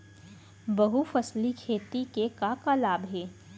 बहुफसली खेती के का का लाभ हे?